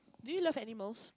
do you love animals